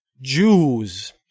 Jews